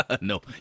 No